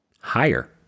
Higher